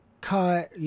cut